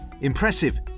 Impressive